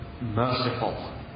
merciful